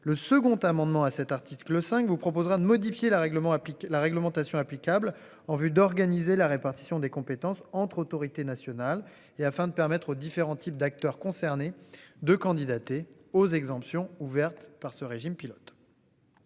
Le second amendement à cet article 5 vous proposera de modifier le règlement, la réglementation applicable en vue d'organiser la répartition des compétences entre autorités nationales et afin de permettre aux différents types d'acteurs concernés de candidater aux exemptions ouverte par ce régime pilote.--